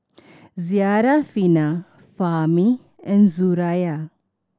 Syarafina Fahmi and Suraya